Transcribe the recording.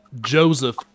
Joseph